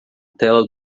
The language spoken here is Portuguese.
tela